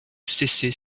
cesser